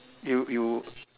you you